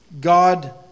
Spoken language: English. God